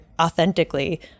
authentically